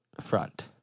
front